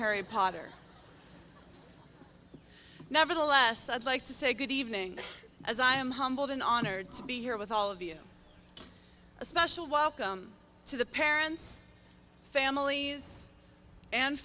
harry potter nevertheless i'd like to say good evening as i am humbled and honored to be here with all of you a special welcome to the parents families and